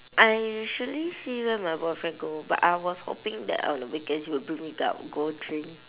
I usually see where my boyfriend go but I was hoping that on the weekends he will bring me go out go drink